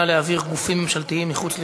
להעביר גופים ממשלתיים אל מחוץ לירושלים,